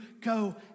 go